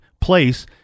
place